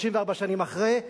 34 שנים אחרי,